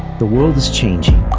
the world is changing